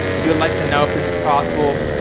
you would like to know if this possible,